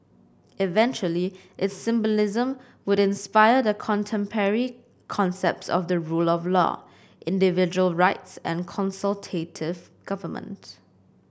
eventually its symbolism would inspire the contemporary concepts of the rule of law individual rights and consultative government